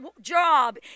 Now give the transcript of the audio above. job